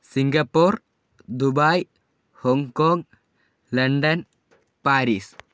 Singapore Dubai Hong Kong London Paris